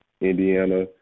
Indiana